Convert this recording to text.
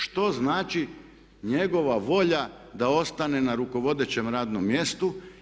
Što znači njegova volja da ostane na rukovodećem radnom mjestu?